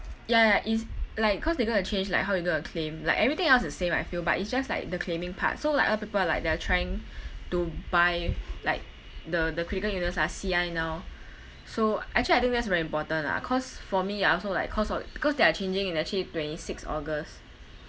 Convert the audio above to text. ya ya is like cause they going to change like how you going to claim like everything else is same I feel but it's just like the claiming part so like other people are like they are trying to buy like the the critical illness lah C_I now so actually I think that's very important lah cause for me I also like cause of because they are changing in actually twenty six august